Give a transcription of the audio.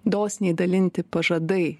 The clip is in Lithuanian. dosniai dalinti pažadai